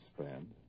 expand